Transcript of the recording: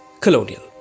colonial